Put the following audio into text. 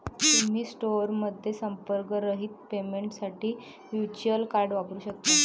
तुम्ही स्टोअरमध्ये संपर्करहित पेमेंटसाठी व्हर्च्युअल कार्ड वापरू शकता